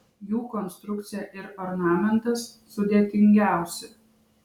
jų konstrukcija ir ornamentas sudėtingiausi